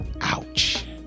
Ouch